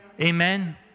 Amen